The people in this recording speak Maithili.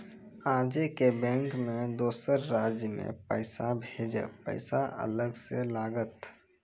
आजे के बैंक मे दोसर राज्य मे पैसा भेजबऽ पैसा अलग से लागत?